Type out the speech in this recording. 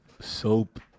Soap